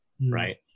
right